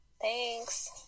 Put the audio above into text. Thanks